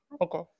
Okay